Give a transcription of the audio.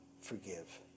forgive